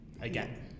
again